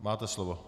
Máte slovo.